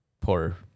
poor